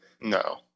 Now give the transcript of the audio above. No